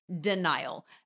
denial